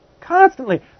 Constantly